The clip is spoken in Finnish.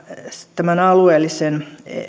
tämän alueellisen